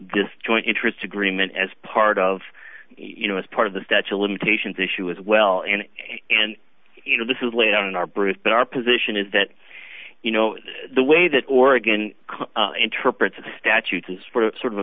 disjoint interest agreement as part of you know as part of the statue of limitations issue as well and and you know this is laid out in our brief but our position is that you know the way that oregon interprets statutes is sort of a